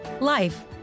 life